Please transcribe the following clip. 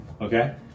Okay